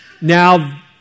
now